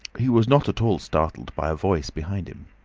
he was not at all startled by a voice behind him.